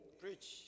Preach